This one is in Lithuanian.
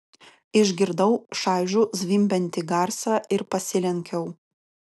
išgirdau šaižų zvimbiantį garsą ir pasilenkiau